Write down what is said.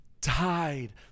died